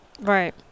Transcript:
Right